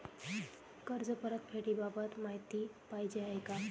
कर्ज परतफेडीबाबत माहिती पाहिजे आहे